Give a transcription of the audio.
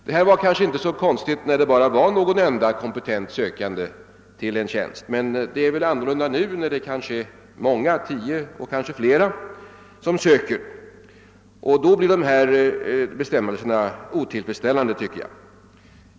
Detta var kanske inte så märkvärdigt på den tiden då det bara fanns någon enda kompetent sökande till en tjänst, men det är annorlunda nu när flera söker en tjänst. Då blir dessa bestämmelser otillfredsställande.